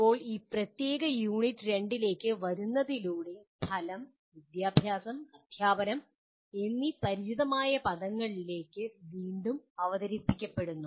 ഇപ്പോൾ ഈ പ്രത്യേക യൂണിറ്റ് 2 ലേക്ക് വരുന്നതിലൂടെ ഫലം "വിദ്യാഭ്യാസം" "അദ്ധ്യാപനം" എന്നീ പരിചിതമായ പദങ്ങളിലേക്ക് വീണ്ടും അവതരിപ്പിക്കപ്പെടുന്നു